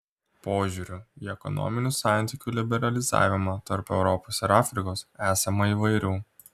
požiūrių į ekonominių santykių liberalizavimą tarp europos ir afrikos esama įvairių